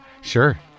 sure